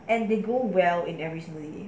and they go well in every smoothie